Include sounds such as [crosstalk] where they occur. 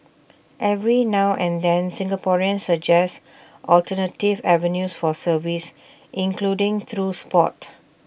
every now and then Singaporeans suggest [noise] alternative avenues for service including through Sport